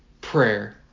prayer